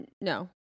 no